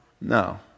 No